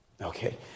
okay